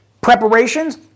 preparations